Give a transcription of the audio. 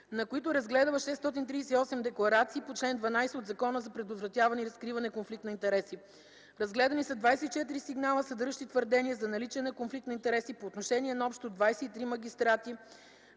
на които е разгледала 638 декларации по чл. 12 от Закона за предотвратяване и разкриване конфликт на интереси. Разгледани са 24 сигнала, съдържащи твърдения за наличие на конфликт на интереси по отношение на общо 23 магистрати,